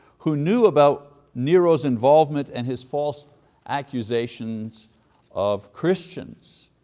who knew about nero's involvement and his false accusations of christians.